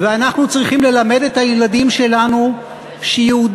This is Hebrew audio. ואנחנו צריכים ללמד את הילדים שלנו שיהודים